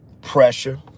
Pressure